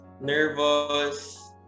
nervous